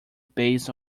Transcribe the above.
based